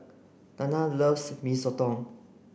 Danna loves Mee Soto